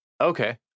Okay